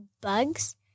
bugs